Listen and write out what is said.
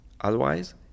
otherwise